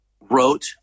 wrote